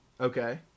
Okay